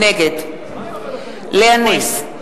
נגד לאה נס,